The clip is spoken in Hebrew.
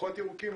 פחות ירוקים,